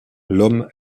l’homme